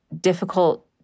difficult